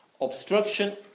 Obstruction